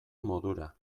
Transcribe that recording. modura